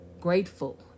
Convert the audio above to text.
grateful